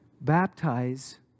baptize